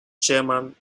chairman